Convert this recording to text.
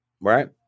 right